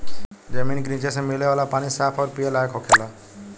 जमीन के निचे से मिले वाला पानी साफ अउरी पिए लायक होखेला